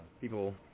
people